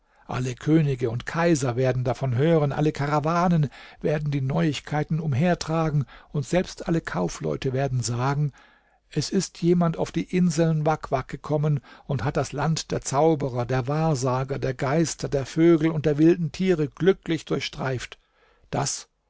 alle könige und kaiser werden davon hören alle karawanen werden die neuigkeiten umhertragen und selbst alle kaufleute werden sagen es ist jemand auf die inseln wak wak gekommen und hat das land der zauberer der wahrsager der geister der vögel und der wilden tiere glücklich durchstreift das